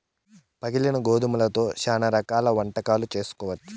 పగిలిన గోధుమలతో శ్యానా రకాల వంటకాలు చేసుకోవచ్చు